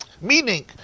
Meaning